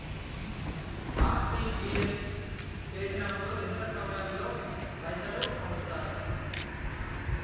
RTGS చేసినప్పుడు ఎంత సమయం లో పైసలు పంపుతరు?